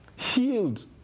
healed